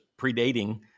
predating